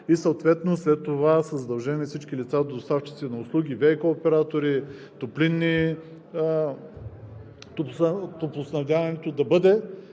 и съответно след това са задължени всички лица, доставчици на услуги, ВиК оператори, топлинни – топлоснабдяването, да бъде